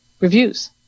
reviews